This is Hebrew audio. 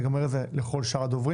אני גם אומר את זה לכל שאר הדוברים.